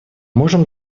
можем